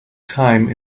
time